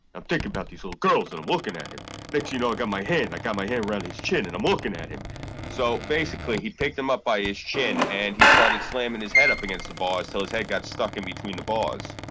i'm thinking about these little girls and i'm looking at him let you know i got my head and i got my head around his chin and i'm looking at him so basically he picked him up by his chin and he started slamming his head up against the bars till his head got stuck in between the bars